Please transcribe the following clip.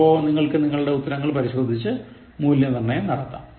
അപ്പോൾ നിങ്ങൾക്ക് നിങ്ങളുടെ ഉത്തരങ്ങൾ പരിശോധിച്ചു മൂല്യ നിർണയം നടത്താം